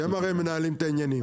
אתם, הרי, מנהלים את העניינים.